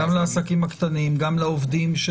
גם לעסקים הקטנים, גם לעובדים.